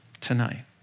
tonight